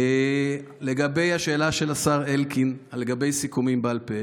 לשאלה של השר אלקין לגבי סיכומים בעל פה,